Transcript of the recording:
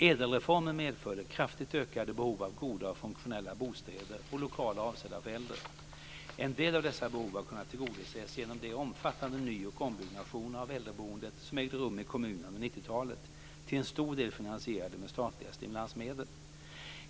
Ädelreformen medförde kraftigt ökade behov av goda och funktionella bostäder och lokaler avsedda för äldre. En del av dessa behov har kunnat tillgodoses genom de omfattande ny och ombyggnationer av äldreboendet som ägde rum i kommunerna under 90 talet, till en stor del finansierade med statliga stimulansmedel.